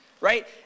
right